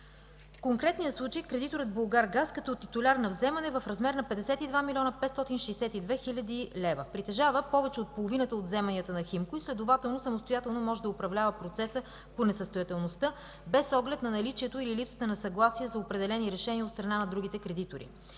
В конкретния случай – кредиторът „Булгаргаз”, като титуляр на вземане в размер на 52 млн. 562 хил. лв. притежава повече от половината от вземанията на „Химко” и следователно самостоятелно може да управлява процеса по несъстоятелността, без оглед на наличието или липсата на съгласие за определени решения от страна на другите кредитори.